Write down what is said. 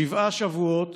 שבעה שבועות